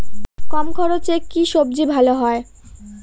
কম খরচে কি সবজি চাষ ভালো হয়?